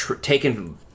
taken